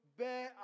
bear